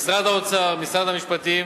משרד האוצר, משרד המשפטים